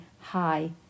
hi